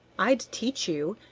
i'd teach you,